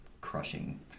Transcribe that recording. crushing